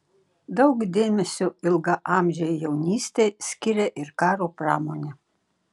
daug dėmesio ilgaamžei jaunystei skiria ir karo pramonė